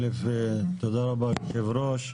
א', תודה רבה, אדוני היושב-ראש.